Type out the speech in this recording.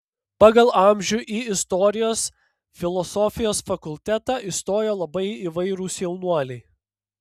pagal amžių į istorijos filosofijos fakultetą įstojo labai įvairūs jaunuoliai